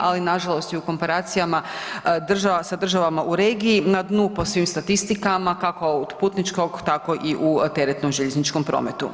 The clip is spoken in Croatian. ali nažalost i u komparacijama sa državama u regiji na dnu po svim statistikama kako od putničkog tako i u teretnom željezničkom prometu.